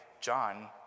John